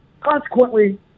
Consequently